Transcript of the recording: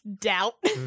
Doubt